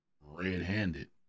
red-handed